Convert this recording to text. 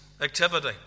activity